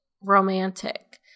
romantic